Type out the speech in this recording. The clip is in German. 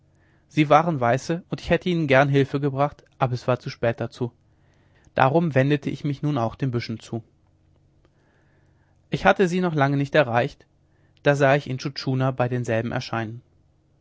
sie waren weiße und ich hätte ihnen gern hilfe gebracht aber es war zu spät dazu darum wendete ich mich nun auch den büschen zu ich hatte sie noch lange nicht erreicht da sah ich intschu tschuna bei denselben erscheinen